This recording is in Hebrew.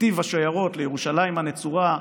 נתיב השיירות לירושלים הנצורה,